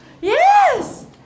Yes